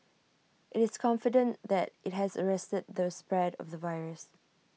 IT is confident that IT has arrested the spread of the virus